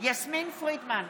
יסמין פרידמן,